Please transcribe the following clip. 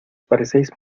parecéis